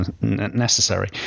necessary